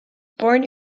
born